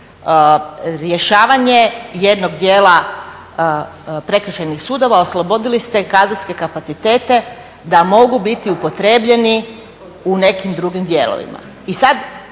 rješavanje jednog dijela prekršajnih sudova oslobodili ste kadrovske kapacitete da mogu biti upotrijebljeni u nekim drugim dijelovima.